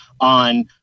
on